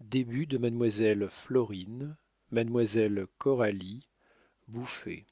début de mademoiselle florine mademoiselle coralie bouffé